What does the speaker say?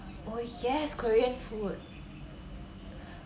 oh yes korean food